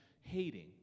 hating